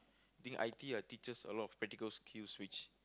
think I_T_E uh teaches a lot of practical skills which